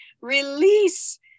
Release